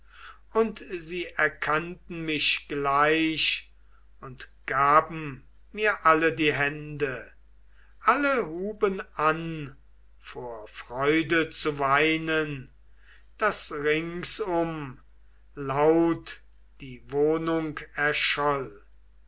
und sie erkannten mich gleich und gaben mir alle die hände alle huben an vor freude zu weinen daß ringsum laut die wohnung erscholl